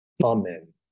Amen